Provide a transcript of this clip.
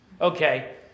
Okay